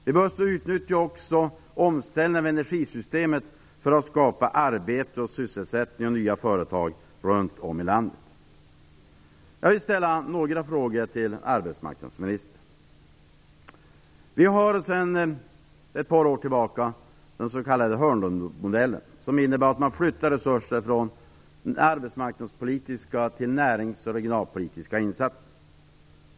Vi bör också utnyttja omställningen av energisystemet till att skapa arbete, sysselsättning och nya företag runt om i landet. Jag vill ställa några frågor till arbetsmarknadsministern. Vi har sedan ett par år tillbaka den s.k. Hörnlundmodellen, som innebär att man flyttar resurser från arbetsmarknadspolitiska till närings och regionalpolitiska insatser.